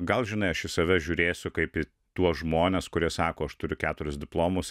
gal žinai aš į save žiūrėsiu kaip į tuos žmones kurie sako aš turiu keturis diplomus